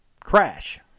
Crash